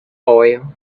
oil